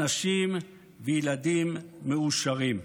אנשים וילדים מאושרים.